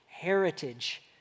heritage